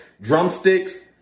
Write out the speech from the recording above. drumsticks